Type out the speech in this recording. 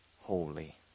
holy